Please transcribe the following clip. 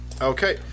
Okay